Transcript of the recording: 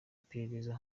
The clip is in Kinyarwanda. iperereza